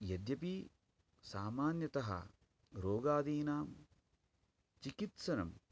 यद्यपि सामान्यतः रोगादीनां चिकित्सनं